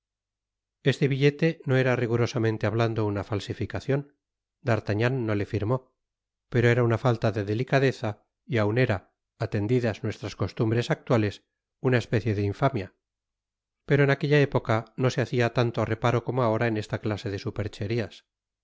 este billete no era rigurosamente hablando una falsificacion d'artagnan no le firmó pero era una falta de delicadeza y aun era atendidas nuestras costumbres actuales una especie de infamia pero en aquella época no se hacia tanto reparo como ahora en esta clase de supercherias